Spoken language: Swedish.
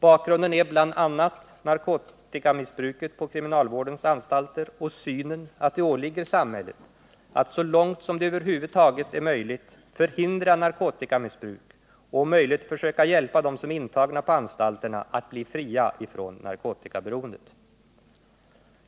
Bakgrunden är bl.a. narkotikamissbruket på kriminalvårdens anstalter och synen att det åligger samhället att så långt som det över huvud taget är möjligt förhindra narkotikamissbruk och om möjligt försöka hjälpa dem som är intagna på anstalterna att bli fria från narkotikaberoendet.